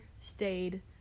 stayed